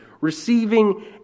receiving